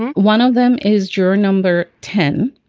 one of them is juror number ten.